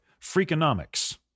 Freakonomics